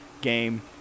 game